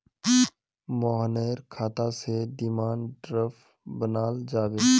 मोहनेर खाता स डिमांड ड्राफ्ट बनाल जाबे